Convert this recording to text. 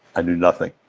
i knew nothing.